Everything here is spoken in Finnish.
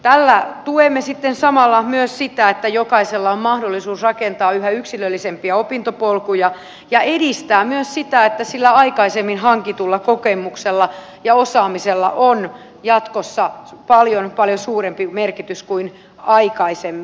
tällä tuemme sitten samalla myös sitä että jokaisella on mahdollisuus rakentaa yhä yksilöllisempiä opintopolkuja ja se edistää myös sitä että sillä aikaisemmin hankitulla kokemuksella ja osaamisella on jatkossa paljon paljon suurempi merkitys kuin aikaisemmin